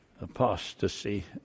Apostasy